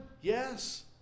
yes